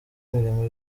imirimo